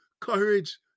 courage